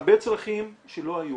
הרבה צרכים שלא היו